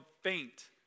faint